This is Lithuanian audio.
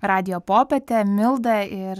radijo popietę milda